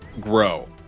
grow